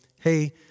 Hey